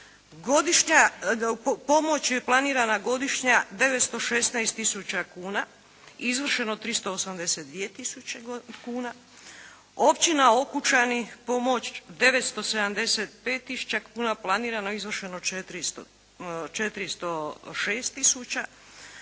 pomoć je planirana godišnja 916 tisuća kuna, izvršeno 382 tisuće kuna. Općina Okučani pomoć 975 tisuća kuna planirano, izvršeno 406 tisuća.